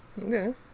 Okay